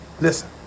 Listen